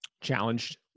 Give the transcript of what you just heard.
challenged